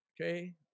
Okay